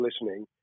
listening